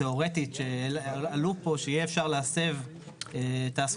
תיאורטית שעלתה פה שיהיה אפשר להסב תעסוקה